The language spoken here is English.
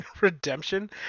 Redemption